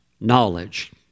knowledge